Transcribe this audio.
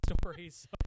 stories